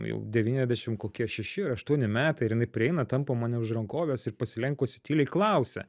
jau devyniadešim kokie šeši ar aštuoni metai ir ji prieina tampo mane už rankovės ir pasilenkusi tyliai klausia